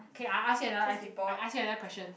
okay I ask you another I I ask you another question